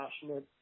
passionate